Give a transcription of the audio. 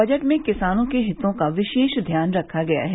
budget में किसानों के हितों का विशेष ध्यान रखा गया है